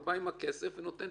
הוא בא עם הכסף ונותן